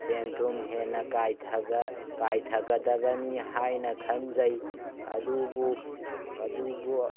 ꯁꯦꯟ ꯊꯨꯝ ꯍꯦꯟꯅ ꯀꯥꯏꯊꯕ ꯀꯥꯏꯊꯒꯗꯕꯅꯤ ꯍꯥꯏꯅ ꯈꯟꯖꯩ ꯑꯗꯨꯕꯨ ꯑꯗꯨꯕꯨ